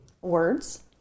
words